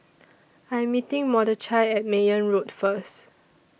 I Am meeting Mordechai At Mayne Road First